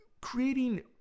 creating